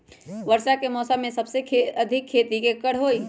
वर्षा के मौसम में सबसे अधिक खेती केकर होई?